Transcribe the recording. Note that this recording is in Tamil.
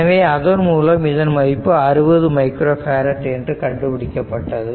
எனவே அதன்மூலம் இதன் மதிப்பு 60 மைக்ரோ பேரட் என்று கண்டுபிடிக்கப்பட்டது